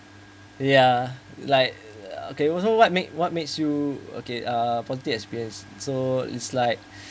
ya like uh okay also what make what makes you okay uh positive experience so it's like